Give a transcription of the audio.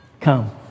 Come